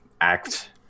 act